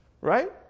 Right